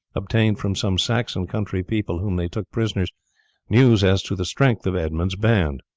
obtained from some saxon country people whom they took prisoners news as to the strength of edmund's band.